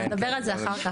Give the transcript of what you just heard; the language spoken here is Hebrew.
נדבר על זה אחר כך.